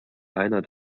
einer